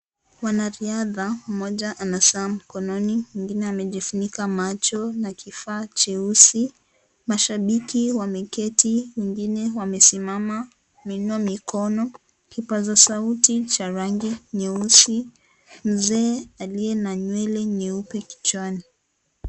Mwanariadha mmoja ana saa mkononi .Mwingine amejifunika macho na kifaa cheusi .Mashabiki wameketi, wengine wamesimama kuinua mikono. Kipaza sauti cha rangi nyeusi, mzee aliye na nywele nyeupe kichwani .